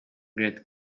great